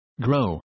grow